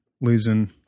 Losing